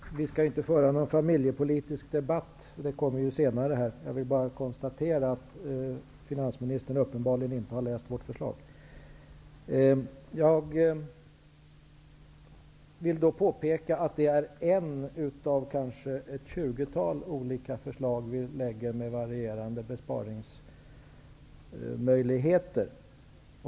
Herr talman! Vi skall inte föra en familjepolitisk debatt. Den kommer senare. Jag vill bara konstatera att finansministern uppenbarligen inte har läst vårt förslag. Jag vill påpeka att det är ett av ett tjugotal olika förslag vi lägger fram, med varierande besparingsmöjligheter.